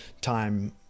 time